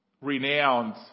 renowned